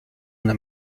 una